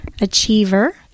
Achiever